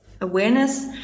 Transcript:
awareness